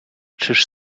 czyż